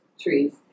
trees